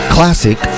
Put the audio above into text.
Classic